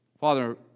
Father